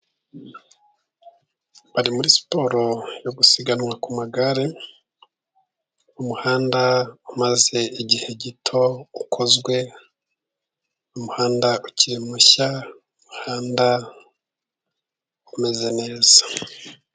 Bari muri siporo yo gusiganwa ku magare muhanda umaze igihe gito ukozwe umuhanda ukiri mushya umuhanda umeze neza.